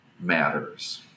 matters